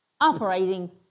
operating